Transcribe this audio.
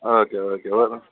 okay okay எவ்வளோ தான்